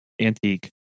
antique